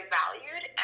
valued